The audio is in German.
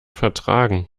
vertragen